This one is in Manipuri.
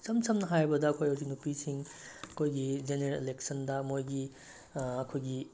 ꯏꯁꯝ ꯁꯝꯅ ꯍꯥꯏꯔꯕꯗ ꯑꯩꯈꯣꯏ ꯍꯧꯖꯤꯛ ꯅꯨꯄꯤꯁꯤꯡ ꯑꯩꯈꯣꯏꯒꯤ ꯖꯦꯅꯔꯦꯜ ꯑꯦꯂꯦꯛꯁꯟꯗ ꯃꯣꯏꯒꯤ ꯑꯩꯈꯣꯏꯒꯤ